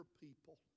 people